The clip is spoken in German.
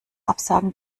absagen